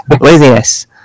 laziness